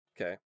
Okay